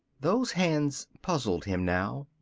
those hands puzzled him now.